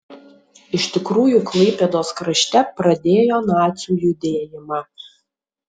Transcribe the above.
iš tikrųjų klaipėdos krašte pradėjo nacių judėjimą